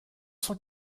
cent